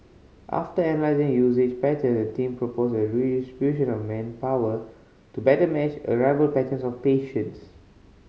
after analysing usage pattern the team proposed a redistribution of manpower to better match arrival patterns of patients